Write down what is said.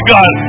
God